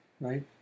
Right